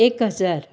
एक हजार